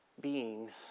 beings